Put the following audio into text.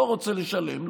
לא רוצה לשלם?